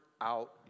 out